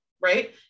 right